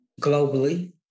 Globally